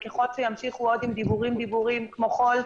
ככל שימשיכו עוד עם דיבורים כמו חול,